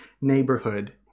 neighborhood